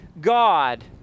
God